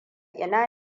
ina